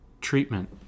treatment